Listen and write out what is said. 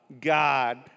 God